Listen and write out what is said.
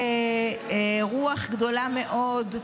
ברוח גדולה מאוד,